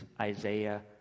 Isaiah